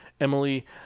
Emily